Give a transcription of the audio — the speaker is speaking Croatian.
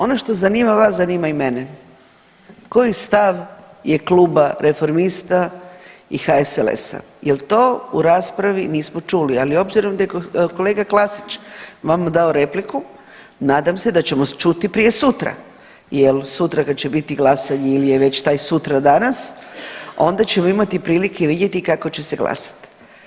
Ono što zanima vas zanima i mene koji stav je kluba Reformista i HSLS-a jel to u raspravi nismo čuli, ali obzirom da je kolega Klasić vama dao repliku nadam se da ćemo čuti prije sutra jel sutra kada će biti glasanje ili je već taj sutra danas onda ćemo imati prilike vidjeti kako će se glasat.